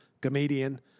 comedian